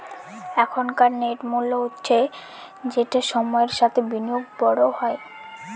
এখনকার নেট মূল্য হচ্ছে যেটা সময়ের সাথে বিনিয়োগে বড় হয়